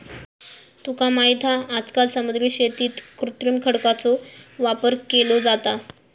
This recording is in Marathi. तुका माहित हा आजकाल समुद्री शेतीत कृत्रिम खडकांचो वापर केलो जाता